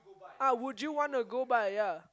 ah would you want to go by ya